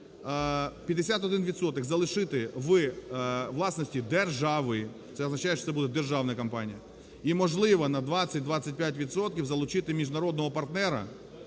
залишити в власності держави. Це означає, що буде державна компанія. І, можливо, на 20-25 відсотків залучити міжнародного партнера